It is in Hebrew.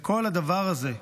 כל הדבר הזה,